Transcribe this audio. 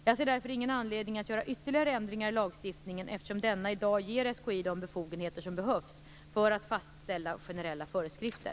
Jag ser därför ingen anledning att göra ytterligare ändringar i lagstiftningen eftersom denna i dag ger SKI de befogenheter som behövs för att fastställa generella föreskrifter.